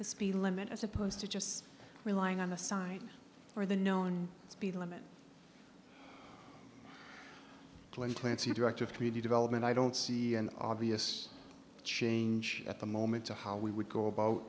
the speed limit as opposed to just relying on the side or the known speed limit when clancy director of community development i don't see an obvious change at the moment to how we would go about